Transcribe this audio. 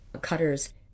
cutters